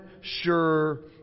sure